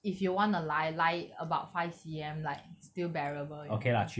if you wanna lie lie about five C_M like still bearable you know